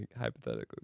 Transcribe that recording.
hypothetical